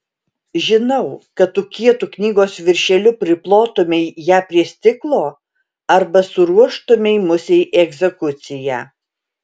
žinau kad tu kietu knygos viršeliu priplotumei ją prie stiklo arba suruoštumei musei egzekuciją